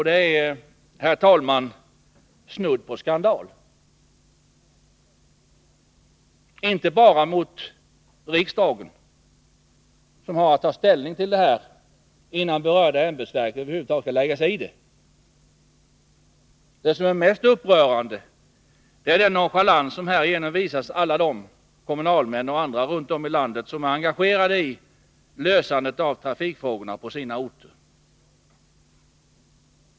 Det är, herr talman, snudd på skandal — inte bara mot riksdagen, som har att ta ställning till det hela innan berört ämbetsverk över huvud taget skall lägga sig i det. Det mest upprörande är den nonchalans som härigenom visas alla dem — kommunalmän och andra runt om i landet — som är engagerade i lösandet av trafikfrågorna på sina orter.